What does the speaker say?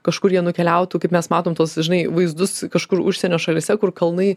kažkur jie nukeliautų kaip mes matom tuos žinai vaizdus kažkur užsienio šalyse kur kalnai